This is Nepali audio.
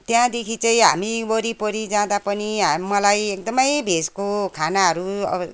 त्यहाँदेखि चाहिँ हामी वरिपरि जाँदा पनि हाम मलाई एकदमै भेजको खानाहरू अब